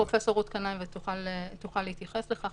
--- פרופ' רות קנאי ותוכל להתייחס לכך.